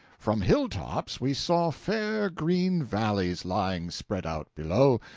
from hilltops we saw fair green valleys lying spread out below,